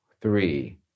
three